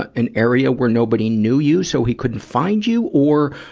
but an area where nobody knew you, so he couldn't find you? or,